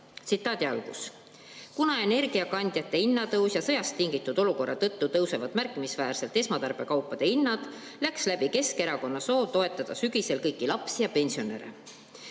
Tsitaat on järgmine: "Kuna energiakandjate hinna tõusu ja sõjast tingitud olukorra tõttu tõusevad märkimisväärselt esmatarbekaupade hinnad, läks läbi Keskerakonna soov toetada sügisel kõiki lapsi ja pensionäre.